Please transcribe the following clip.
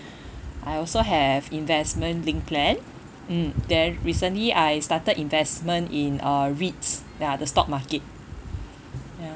I also have investment-linked plan mm then recently I started investment in uh REITs ya the stock market ya